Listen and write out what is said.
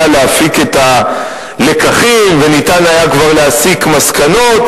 להפיק את הלקחים וניתן היה כבר להסיק מסקנות,